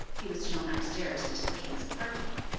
he was shown upstairs into the king's apartment,